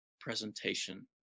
presentation